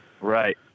Right